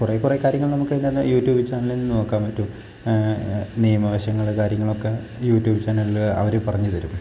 കുറേ കുറേ കാര്യങ്ങൾ നമുക് അതിനകത്ത് നിന്ന് യൂട്യൂബ് ചാനലിൽ നിന്ന് നോക്കാൻ പറ്റും നിയമ വശങ്ങൾ കാര്യങ്ങളൊക്കെ യൂട്യൂബ് ചാനലിൽ അവർ പറഞ്ഞു തരും